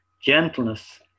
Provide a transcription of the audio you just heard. gentleness